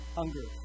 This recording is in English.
hunger